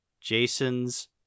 Jason's